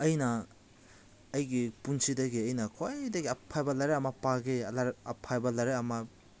ꯑꯩꯅ ꯑꯩꯒꯤ ꯄꯨꯟꯁꯤꯗꯒꯤ ꯑꯩꯅ ꯈ꯭ꯋꯥꯏꯗꯒꯤ ꯑꯐꯕ ꯂꯥꯏꯔꯤꯛ ꯑꯃ ꯄꯥꯒꯦ ꯂꯥꯏꯔꯤꯛ ꯑꯐꯕ ꯂꯥꯏꯔꯤꯛ ꯑꯃ